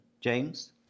James